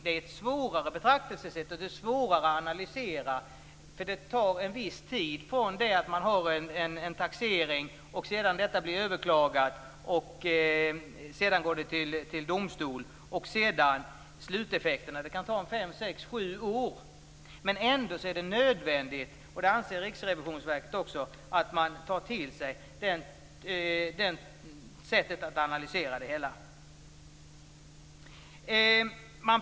Det är ett svårare betraktelsesätt och det är svårare att analysera, för det tar en viss tid från det att man har en taxering och det sedan blir överklagat och går till domstol fram till sluteffekten. Det kan ta fem, sex eller sju år. Ändå är det nödvändigt. Också Riksrevisionsverket anser att det gäller att ta till sig det sättet att analysera det hela.